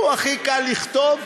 הכי קל לו לכתוב: